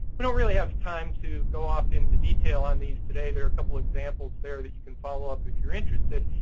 we don't really have time to go off into detail on these today. there are a couple of examples there that you can follow up, if you're interested.